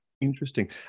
Interesting